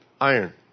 iron